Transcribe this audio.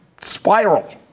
spiral